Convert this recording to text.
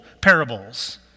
parables